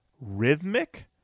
rhythmic